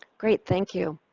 great. thank you.